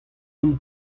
hon